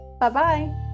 Bye-bye